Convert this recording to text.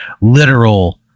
literal